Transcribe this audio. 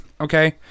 okay